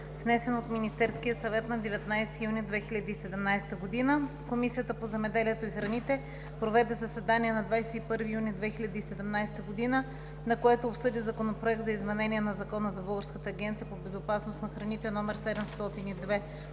внесен от Министерския съвет на 19 юни 2017 г. Комисията по земеделието и храните проведе заседание на 21 юни 2017 г., на което обсъди Законопроект за изменение на Закона за Българската агенция по безопасност на храните, №